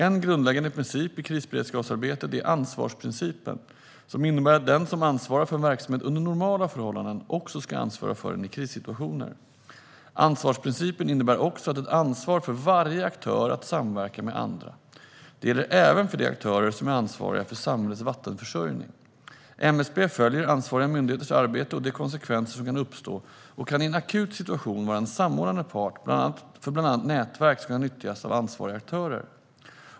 En grundläggande princip i krisberedskapsarbetet är ansvarsprincipen, som innebär att den som ansvarar för en verksamhet under normala förhållanden också ska ansvara för den i krissituationer. Ansvarsprincipen innebär också ett ansvar för varje aktör att samverka med andra. Detta gäller även för de aktörer som är ansvariga för samhällets vattenförsörjning. MSB följer ansvariga myndigheters arbete och de konsekvenser som kan uppstå och kan i en akut situation vara en samordnande part för bland annat nätverk som kan nyttjas av ansvariga aktörer.